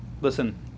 listen